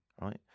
right